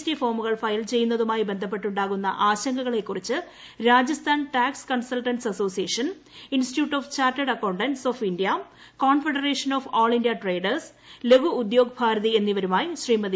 T ഫോമുകൾ file ചെയ്യൂന്നതുമായി ബന്ധപ്പെട്ടുണ്ടാകുന്ന ആശങ്കകളെകുറിച്ച് association institute of chartered accountants of India confederation of all India traders Laghu Udyog Bharati എന്നിവ്രുമായി ശ്രീമതി